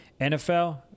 NFL